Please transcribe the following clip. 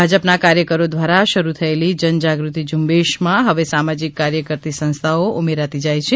ભાજપના કાર્યકરો દ્વારા શરૂ થયેલી જન જાગૃતિ ઝુંબેશ માં હવે સામાજિક કાર્ય કરતી સંસ્થાઓ ઉમેરાતી જાય છે